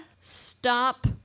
stop